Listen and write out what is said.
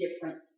different